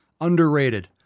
Underrated